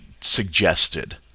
suggested